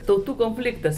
tautų konfliktas